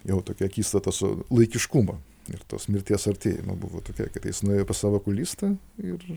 jau tokia akistata su laikiškumu ir tos mirties artėjimą buvo tokia kad jis nuėjo pas savo okulistą ir